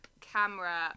camera